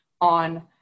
on